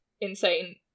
insane